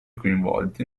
coinvolti